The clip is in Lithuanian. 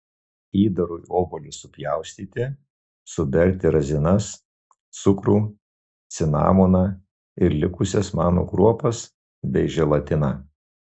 įdarui obuolius supjaustyti suberti razinas cukrų cinamoną ir likusias manų kruopas bei želatiną